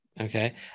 Okay